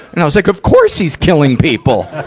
and i was, like, of course, he's killing people!